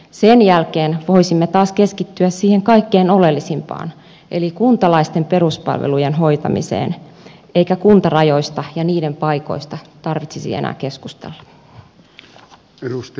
sen jälkeen voisimme taas keskittyä siihen kaikkein oleellisimpaan eli kuntalaisten peruspalvelujen hoitamiseen eikä kuntarajoista ja niiden paikoista tarvitsisi enää keskustella